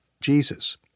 Jesus